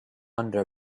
under